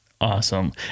awesome